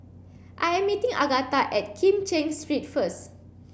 I am meeting Agatha at Kim Cheng Street first